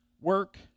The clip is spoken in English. Work